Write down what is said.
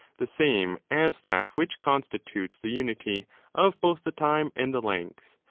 the same as that which constitutes the unity of both the time and the length.